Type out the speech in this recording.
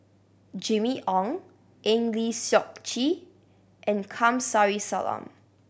Jimmy Ong Eng Lee Seok Chee and Kamsari Salam